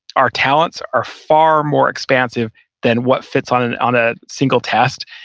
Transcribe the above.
our talents are far more expansive than what fits on and on a single test.